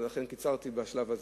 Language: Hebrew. ולכן קיצרתי בשלב הזה.